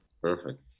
Perfect